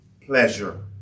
pleasure